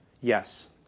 yes